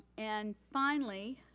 and finally,